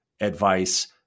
advice